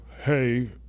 hey